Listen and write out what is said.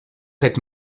être